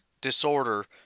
disorder